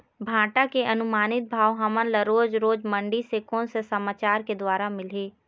भांटा के अनुमानित भाव हमन ला रोज रोज मंडी से कोन से समाचार के द्वारा मिलही?